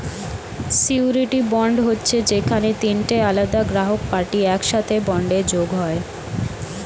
surety bond হচ্ছে যেখানে তিনটে আলাদা গ্রাহক পার্টি একসাথে বন্ডে যোগ হয়